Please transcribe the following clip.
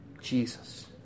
Jesus